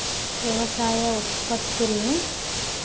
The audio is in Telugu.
వ్యవసాయ ఉత్పత్తుల్ని